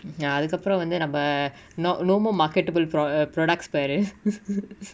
ya அதுகப்ரோ வந்து நம்ம:athukapro vanthu namma no no more marketable pro~ ah products பாரு:paaru